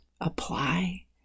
apply